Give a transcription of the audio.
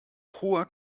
hoher